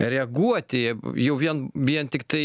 reaguoti jau vien vien tiktai